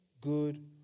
good